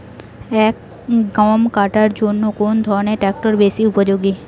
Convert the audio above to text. গম কাটার জন্য কোন ধরণের ট্রাক্টর বেশি উপযোগী?